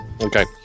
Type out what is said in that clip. okay